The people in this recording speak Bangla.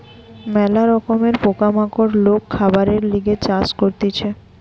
ম্যালা রকমের পোকা মাকড় লোক খাবারের লিগে চাষ করতিছে